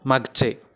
मागचे